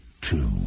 two